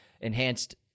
enhanced